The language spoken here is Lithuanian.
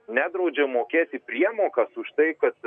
nedraudžia mokėti priemokas už tai kad